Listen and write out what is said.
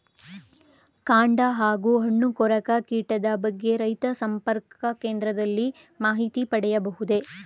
ಕಾಂಡ ಹಾಗೂ ಹಣ್ಣು ಕೊರಕ ಕೀಟದ ಬಗ್ಗೆ ರೈತ ಸಂಪರ್ಕ ಕೇಂದ್ರದಲ್ಲಿ ಮಾಹಿತಿ ಪಡೆಯಬಹುದೇ?